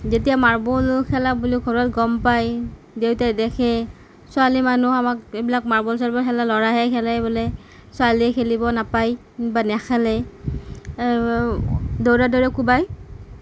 যেতিয়া মাৰ্বল খেলা বুলি ঘৰত গম পায় দেউতাই দেখে ছোৱালী মানুহ আমাক এইবিলাক মাৰ্বল চাৰ্বল খেলা ল'ৰাইহে খেলে বোলে ছোৱালীয়ে খেলিব নাপায় বা নেখেলে দৌৰাই দৌৰাই কোবায়